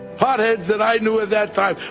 potheads that i knew at that time,